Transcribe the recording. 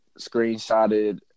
screenshotted